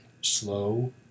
slow